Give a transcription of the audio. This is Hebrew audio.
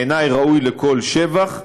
ובעיני, ראוי לכל שבח.